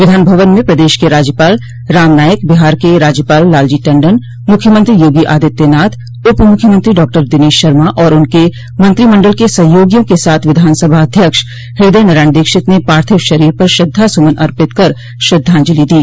विधान भवन में प्रदेश के राज्यपाल राम नाईक बिहार के राज्यपाल लालजी टण्डन मुख्यमंत्री योगी आदित्यनाथ उपमूख्यमंत्री डॉक्टर दिनेश शर्मा और उनके मंत्रिमंडल के सहयोगियों के साथ विधानसभा अध्यक्ष हदय नारायण दीक्षित ने पार्थिव शरीर पर श्रद्धासुमन अर्पित कर श्रद्धांजलि दी